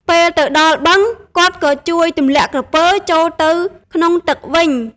ពេលទៅដល់បឹង គាត់ក៏ជួយទម្លាក់ក្រពើចូលទៅក្នុងទឹកវិញ។